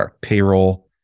payroll